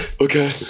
Okay